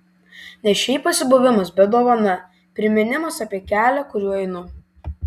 ne šiaip pasibuvimas bet dovana priminimas apie kelią kuriuo einu